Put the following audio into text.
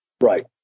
Right